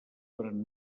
durant